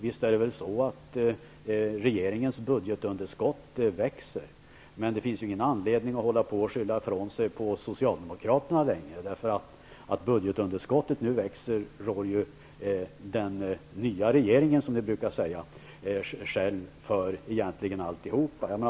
Visst växer regeringens budgetunderskott. Men det finns ingen anledning att skylla ifrån sig på Socialdemokraterna längre. Att budgetunderskottet nu växer rår den nya regeringen, som ni brukar säga, själv för.